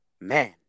Man